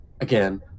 again